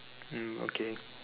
mm okay